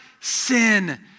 sin